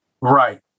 right